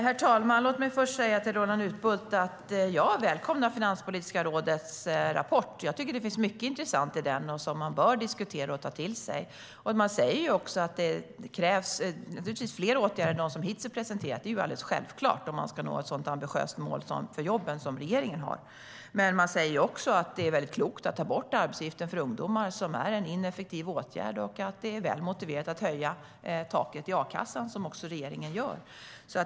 Herr talman! Låt mig först säga till Roland Utbult att jag välkomnar Finanspolitiska rådets rapport. Det finns mycket intressant i den som vi bör diskutera och ta till oss. Man säger också att det krävs fler åtgärder än de som hittills har presenterats, vilket är självklart om vi ska nå ett sådant ambitiöst mål för jobben som regeringen har. Man säger också att det är klokt att ta bort nedsättningen av arbetsgivaravgiften för ungdomar, som är en ineffektiv åtgärd, och att det är väl motiverat att höja taket i a-kassan, som regeringen gör.